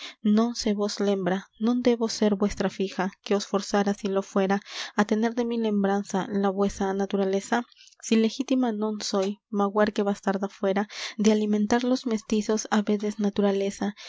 non se vos lembra non debo ser vuestra fija que os forzara si lo fuera á tener de mí lembranza la vuesa naturaleza si legítima non soy magüer que bastarda fuera de alimentar los mestizos habedes naturaleza